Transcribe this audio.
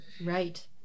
Right